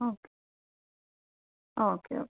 okay okay okay